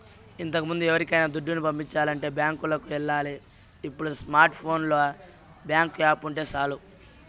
ఇంతకముందు ఎవరికైనా దుడ్డుని పంపించాలంటే బ్యాంకులికి ఎల్లాలి ఇప్పుడు స్మార్ట్ ఫోనులో బ్యేంకు యాపుంటే సాలు